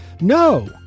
No